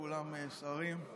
כולם שרים,